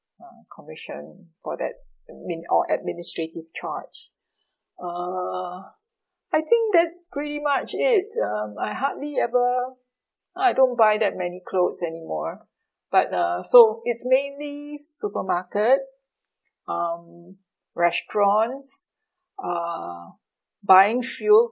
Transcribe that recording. uh commission for that min~ or administrative charge uh I think that's pretty much it um I hardly ever now I don't buy that many clothes anymore but uh so it's mainly supermarket um restaurants uh buying fuels